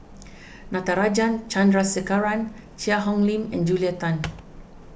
Natarajan Chandrasekaran Cheang Hong Lim and Julia Tan